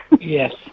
Yes